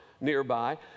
nearby